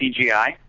CGI